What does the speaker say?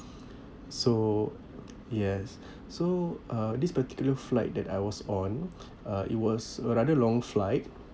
so yes so uh this particular flight that I was on uh it was a rather long flight